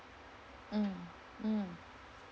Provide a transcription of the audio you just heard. mm mm